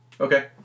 Okay